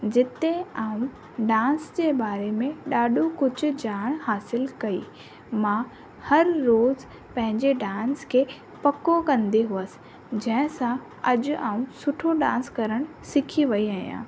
जिते मां डांस जे बारे में ॾाढो कुझु ॼाणु हासिलु कई मां हर रोज़ु पंहिंजे डांस खे पको कंदी हुअस जंहिंसां अॼु मां सुठो डांस करणु सिखी वई आहियां